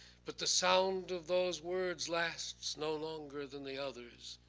but the sound of those words lasts no longer than the others.